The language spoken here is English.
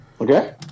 Okay